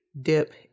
dip